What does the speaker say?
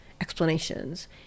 explanations